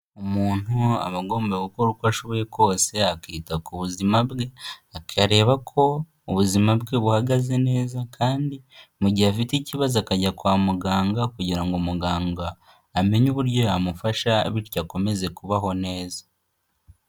Umuntu aba agomba gukora uko ashoboye kose akita ku buzima bwe, akareba ko ubuzima bwe buhagaze neza kandi mu gihe afite ikibazo akajya kwa muganga kugira ngo muganga amenye uburyo yamufasha, bityo akomeze kubaho neza.